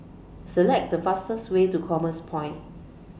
Select The fastest Way to Commerce Point